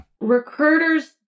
Recruiters